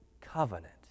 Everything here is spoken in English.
covenant